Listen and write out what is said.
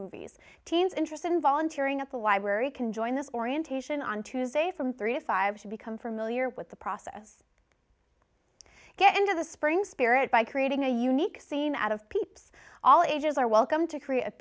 movies teens interested in volunteering at the library can join this orientation on tuesday from three to five to become familiar with the process get into the spring spirit by creating a unique scene out of peeps all ages are